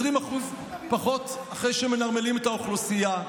20% פחות אחרי שמנרמלים את האוכלוסייה,